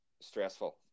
stressful